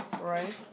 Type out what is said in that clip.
Right